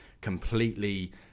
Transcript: completely